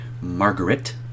Margaret